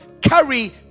carry